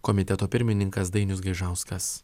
komiteto pirmininkas dainius gaižauskas